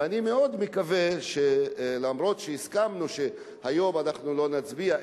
ואני מאוד מקווה שגם אם הסכמנו שהיום לא נצביע,